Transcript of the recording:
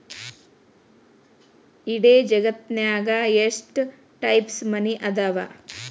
ಇಡೇ ಜಗತ್ತ್ನ್ಯಾಗ ಎಷ್ಟ್ ಟೈಪ್ಸ್ ಮನಿ ಅದಾವ